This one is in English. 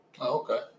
Okay